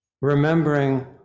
Remembering